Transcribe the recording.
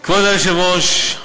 כבוד היושב-ראש,